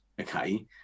Okay